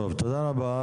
טוב, תודה רבה.